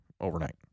overnight